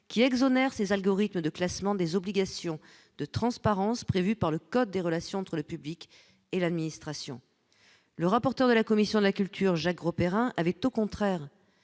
qui exonère ses algorithme de classement des obligations de transparence par le code des relations entre le public et l'administration, le rapporteur de la commission de la culture, Jacques Grosperrin avait au contraire